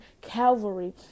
Calvary